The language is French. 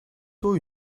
tôt